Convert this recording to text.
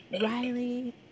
riley